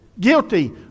Guilty